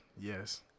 yes